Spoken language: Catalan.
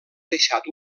deixat